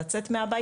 לצאת מהבית